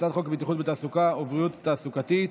הצעת חוק בטיחות בתעסוקה ובריאות תעסוקתית.